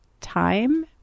time